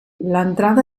l’entrada